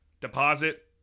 deposit